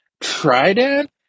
trident